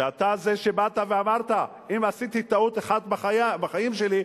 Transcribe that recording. שאתה זה שבאת ואמרת: אם עשיתי טעות אחת בחיים שלי,